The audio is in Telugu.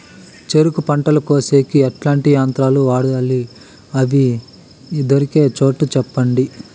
చెరుకు పంట కోసేకి ఎట్లాంటి యంత్రాలు వాడాలి? అవి దొరికే చోటు చెప్పండి?